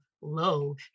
low